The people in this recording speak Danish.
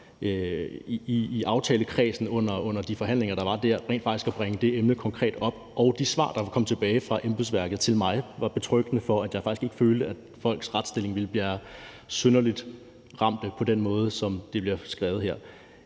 i aftalekredsen under de forhandlinger, der var der, at bringe konkret det emne op. Og de svar, der kom tilbage fra embedsværket til mig, var betryggende for, at jeg faktisk ikke følte, at folks retsstilling ville blive synderlig ramt på den måde, som det bliver beskrevet her.